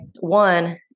One